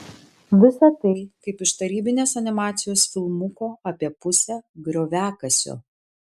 visa tai kaip iš tarybinės animacijos filmuko apie pusę grioviakasio